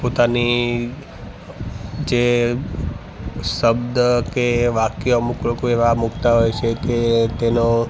પોતાની જે શબ્દ કે વાક્ય અમુક લોકો એવા મૂકતાં હોય છે કે તેનો